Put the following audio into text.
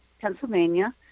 Pennsylvania